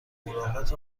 ملاقات